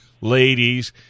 ladies